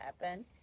happen